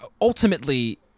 ultimately